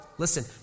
Listen